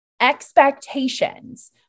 expectations